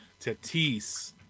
Tatis